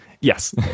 Yes